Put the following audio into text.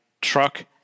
truck